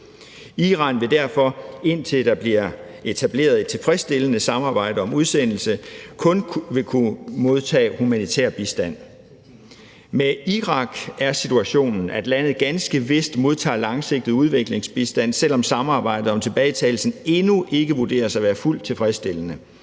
Iran vil derfor, indtil der bliver etableret et tilfredsstillende samarbejde om udsendelse, kun kunne modtage humanitær bistand. Med Irak er situationen, at landet ganske vist modtager langsigtet udviklingsbistand, selv om samarbejdet om tilbagetagelsen endnu ikke vurderes at være fuldt tilfredsstillende.